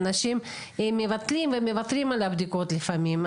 אנשים מבטלים ומוותרים על הבדיקות לפעמים.